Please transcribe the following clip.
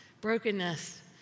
Brokenness